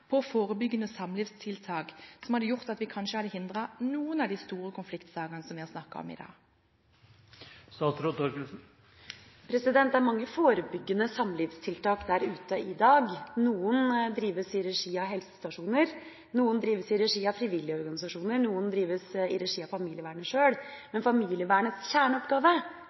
på forebyggende samlivstiltak, som hadde gjort at vi kanskje hadde hindret noen av de store konfliktsakene vi har snakket om i dag? Det er mange forebyggende samlivstiltak der ute i dag. Noen drives i regi av helsestasjoner, noen drives i regi av frivillige organisasjoner, og noen drives i regi av familievernet sjøl. Men familievernets kjerneoppgave